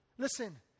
Listen